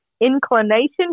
Inclination